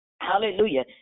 hallelujah